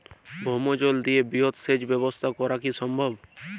ভৌমজল দিয়ে বৃহৎ সেচ ব্যবস্থা করা কি সম্ভব?